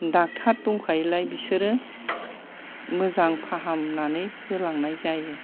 doctor दंखायोलाय बिसोरो मोजां फाहामनानै होलांनाय जायो